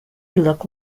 look